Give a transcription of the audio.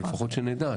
אבל לפחות שנדע.